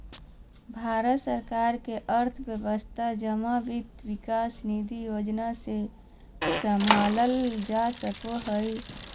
भारत सरकार के अर्थव्यवस्था जमा वित्त विकास निधि योजना से सम्भालल जा सको हय